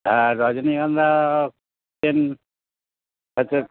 আর রজনীগন্ধা চেইন হচ্ছে